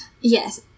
Yes